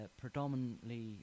predominantly